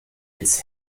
als